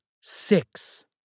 six